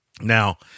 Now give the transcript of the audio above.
Now